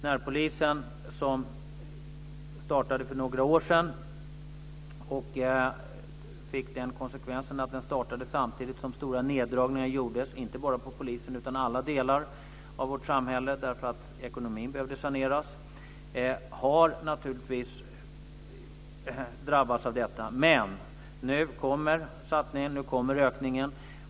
Närpolisen startade för några år sedan, samtidigt som stora neddragningar gjordes inte bara på polisen utan på alla delar av vårt samhälle därför att ekonomin behövde saneras. Närpolisen har naturligtvis drabbats av detta, men nu kommer satsningen. Nu kommer ökningen.